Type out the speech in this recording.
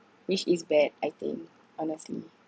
which is bad I think honestly